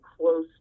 close